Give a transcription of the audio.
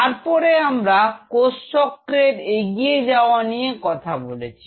তারপরে আমরা কোষচক্রের এগিয়ে যাওয়া নিয়ে কথা বলেছি